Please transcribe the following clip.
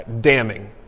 damning